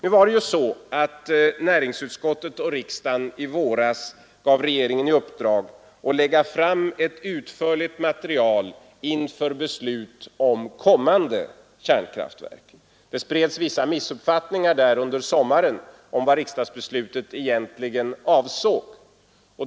I våras gav näringsutskottet och riksdagen regeringen i uppdrag att lägga fram ett utförligt material inför ett beslut om kommande kärnkraftverk. Det spreds vissa missuppfattningar och felaktigheter under sommaren om vad riksdagsbeslutet egentligen avsåg.